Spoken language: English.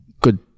good